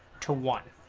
to one